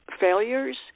failures